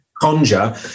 conjure